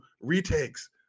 retakes